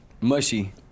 Mushy